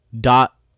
Dot